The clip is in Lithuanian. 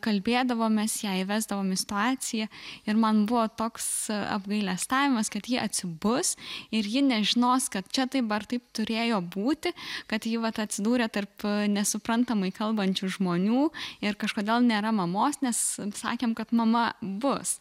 kalbėdavomės ją įvesdavom į situaciją ir man buvo toks apgailestavimas kad ji atsibus ir ji nežinos kad čia taip ar taip turėjo būti kad ji vat atsidūrė tarp nesuprantamai kalbančių žmonių ir kažkodėl nėra mamos nes sakėm kad mama bus